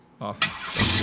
Awesome